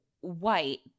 white